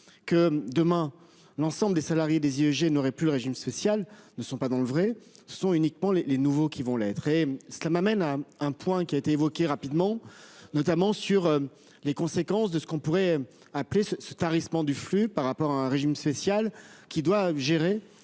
que, demain, l'ensemble des salariés des IEG seraient privés de leur régime spécial ne sont pas dans le vrai. Ce sont uniquement les nouveaux qui le seront. Cela m'amène à un point qui a été évoqué rapidement, à savoir les conséquences de ce que l'on pourrait appeler le « tarissement du flux », par rapport à un régime spécial qui doit gérer